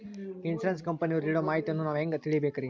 Insurance ಕಂಪನಿಯವರು ನೀಡೋ ಮಾಹಿತಿಯನ್ನು ನಾವು ಹೆಂಗಾ ತಿಳಿಬೇಕ್ರಿ?